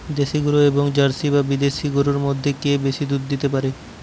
দেশী গরু এবং জার্সি বা বিদেশি গরু মধ্যে কে বেশি দুধ দিতে পারে?